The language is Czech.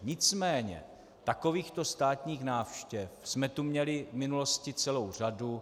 Nicméně takovýchto státních návštěv jsme tu měli v minulosti celou řadu.